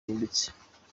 bwimbitse